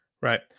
right